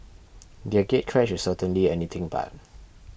their gatecrash is certainly anything but